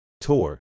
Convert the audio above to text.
tour